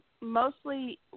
mostly